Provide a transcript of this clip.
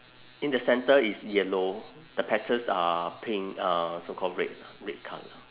in the centre is yellow the petals are pink uh so called red red colour